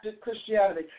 Christianity